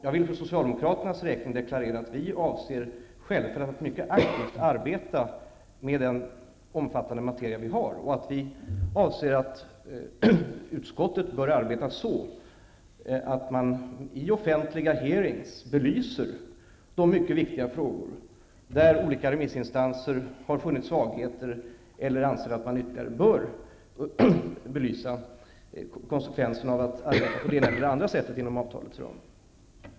Jag vill för Socialdemokraternas räkning deklarera att vi avser självfallet att mycket aktivt arbeta med den omfattande materia som finns. Vi anser att utskottet bör arbeta så att man i offentliga hearings belyser de mycket viktiga frågor där olika remissinstanser har funnit svagheter eller anser att konsekvenserna ytterligare bör belysas för hur man skall agera på det ena eller det andra sättet inom avtalets ram.